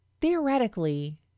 theoretically